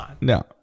No